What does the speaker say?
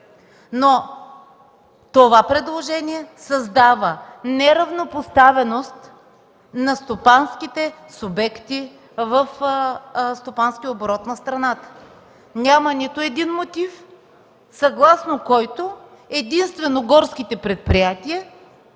Но това предложение създава неравнопоставеност на стопанските субекти в стопанския оборот на страната. Няма нито един мотив, съгласно който единствено горските предприятия